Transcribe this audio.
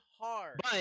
hard